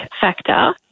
factor